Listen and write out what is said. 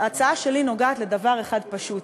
ההצעה שלי נוגעת לדבר אחד פשוט,